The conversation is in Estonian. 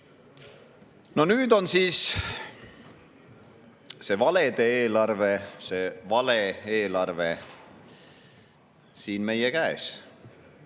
Nüüd on siis see valede eelarve, see vale-eelarve siin meie käes.